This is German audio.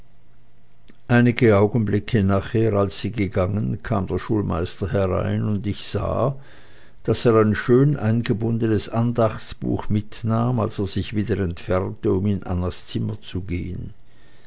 einige augenblicke nachher als sie gegangen kam der schulmeister herein und ich sah daß er ein schön eingebundenes andachtsbuch mitnahm als er sich wieder entfernte um in annas zimmer zu gehen